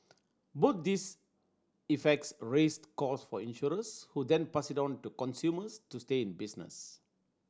both these effects raise cost for insurers who then pass it on to consumers to stay in business